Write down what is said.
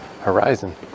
horizon